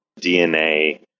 DNA